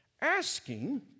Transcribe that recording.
asking